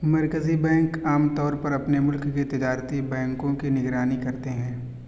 مرکزی بینک عام طور پر اپنے ملک کے تجارتی بینکوں کی نگرانی کرتے ہیں